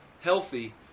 healthy